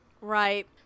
right